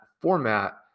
format